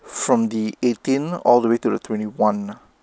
from the eighteen all the way to the twenty one